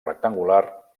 rectangular